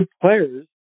players